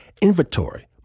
inventory